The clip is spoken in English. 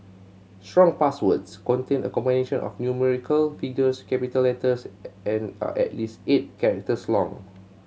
strong passwords contain a combination of numerical figures capital letters and are at least eight characters long